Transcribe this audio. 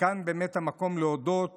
שכאן באמת המקום להודות